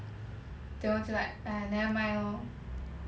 they want to like !aiya! nevermind lor